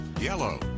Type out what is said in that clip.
yellow